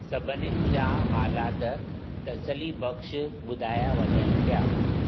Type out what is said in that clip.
सभिनिन जा हालात तसली बक़्शु ॿुधाया वञनि पिया